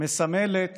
מסמלת